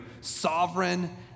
sovereign